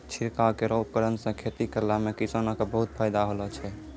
छिड़काव केरो उपकरण सँ खेती करला सें किसानो क बहुत फायदा होलो छै